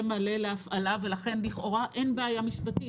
מלא להפעלה ולכן לכאורה אין בעיה משפטית.